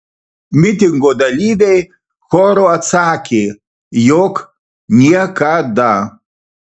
mitingo dalyviai choru atsakė jog niekada